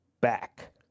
back